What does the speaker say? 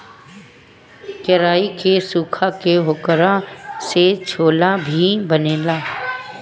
केराई के सुखा के ओकरा से छोला भी बनेला